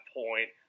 point